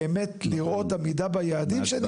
באמת לראות עמידה ביעדים שאני מציב.